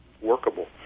workable